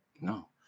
No